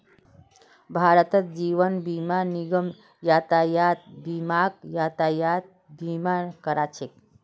भारतत जीवन बीमा निगम यातायात बीमाक यातायात बीमा करा छेक